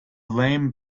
lame